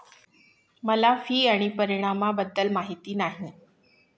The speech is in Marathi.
मला फी आणि परिणामाबद्दल माहिती नाही